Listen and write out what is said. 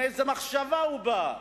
מאיזו מחשבה הוא בא.